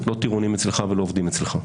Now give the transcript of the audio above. לא טירונים אצלך ולא עובדים אצלך.